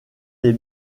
des